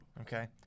Okay